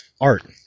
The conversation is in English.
art